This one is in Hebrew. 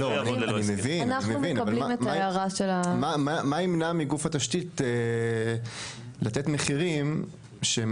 מה ימנע מגוף התשתית לתת מחירים שהם